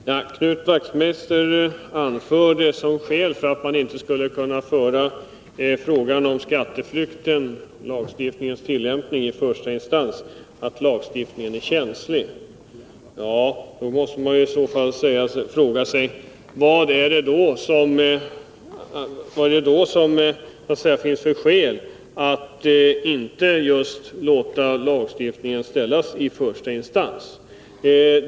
Herr talman! Knut Wachtmeister anförde som skäl för att man inte skulle kunna tillämpa skatteflyktslagstiftningen i första instans att lagstiftningen är känslig. Ja, men man måste fråga sig vad det finns för skäl att inte ta upp sådana mål i de lokala taxeringsnämnderna.